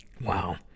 Wow